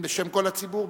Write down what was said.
בשם כל הציבור,